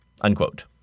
Unquote